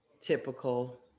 typical